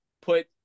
put